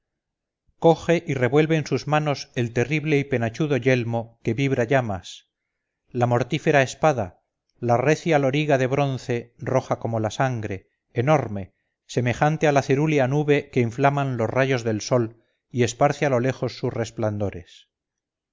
coge y revuelve en sus manos el terrible y penachudo yelmo que vibra llamas la mortífera espada la recia loriga de bronce roja como la sangre enorme semejante a la cerúlea nube que inflaman los rayos del sol y esparce a lo lejos sus resplandores luego